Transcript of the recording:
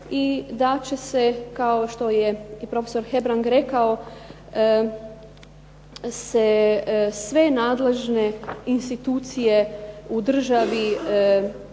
i da će se kao što je i profesor Hebrang rekao se sve nadležne institucije u državi